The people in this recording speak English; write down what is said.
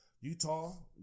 Utah